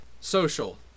social